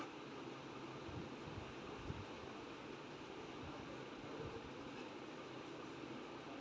अर्थशास्त्रियों ने यह बताया कि भारतीय रुपयों का लगातार अवमूल्यन हो रहा है